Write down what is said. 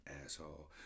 asshole